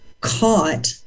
caught